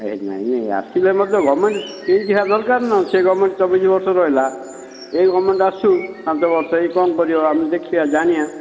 ଏ ନାଇଁ ନାଇଁ ଆସିଲେ ମଧ୍ୟ ଗଭର୍ଣ୍ଣମେଣ୍ଟ ସେମିତି ହେବା ଦରକାର ନା ସେ ଗଭର୍ଣ୍ଣମେଣ୍ଟ ଚବିଶ ବର୍ଷ ରହିଲା ଏଇ ଗଭର୍ଣ୍ଣମେଣ୍ଟ ଆସୁ ପାଞ୍ଚ ବର୍ଷ ଏଇ କ'ଣ କରିବ ଆମେ ଦେଖିବା ଜାଣିବା